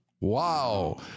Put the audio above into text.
Wow